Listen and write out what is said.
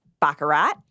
Baccarat